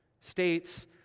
states